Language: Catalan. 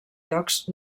llocs